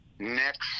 Next